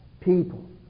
people